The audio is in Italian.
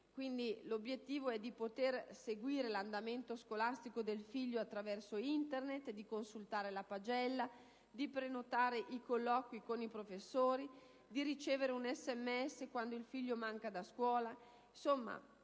sostanza, poter seguire l'andamento scolastico del proprio figlio attraverso Internet, consultare la pagella, prenotare colloqui con i professori, ricevere un sms quando il figlio è assente da scuola. Insomma,